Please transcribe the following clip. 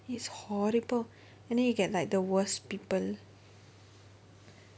it's horrible and then you get like the worst people